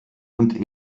und